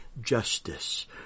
justice